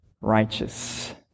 righteous